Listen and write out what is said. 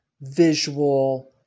visual